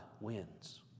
wins